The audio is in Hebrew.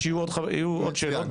כי אני מניח שיהיו עוד שאלות,